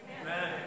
Amen